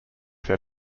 their